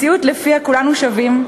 מציאות שלפיה כולנו שווים,